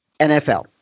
NFL